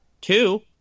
Two